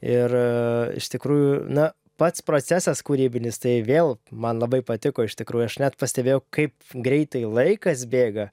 ir iš tikrųjų na pats procesas kūrybinis tai vėl man labai patiko iš tikrųjų aš net pastebėjau kaip greitai laikas bėga